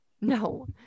No